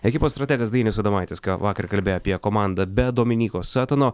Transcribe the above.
ekipos strategas dainius adomaitis ką vakar kalbėjo apie komandą be dominyko satano